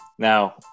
Now